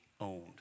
owned